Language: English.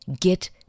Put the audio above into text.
get